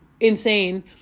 insane